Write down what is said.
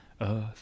earth